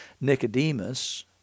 Nicodemus